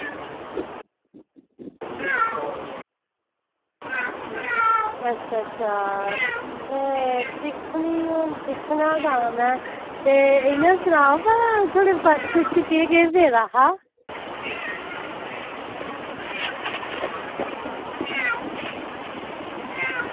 अच्छा अच्छा दिक्खने आं दिक्खना तां में ते इ'यां सनाओ थुआढ़े पर्स च केह् केह् पेदा हा